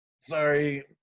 sorry